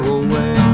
away